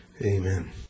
Amen